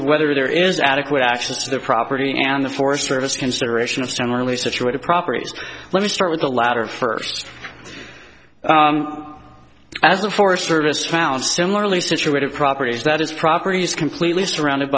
of whether there is adequate access to the property and the forest service consideration of similarly situated properties let me start with the latter first as the forest service found similarly situated properties that its properties completely surrounded